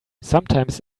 sometimes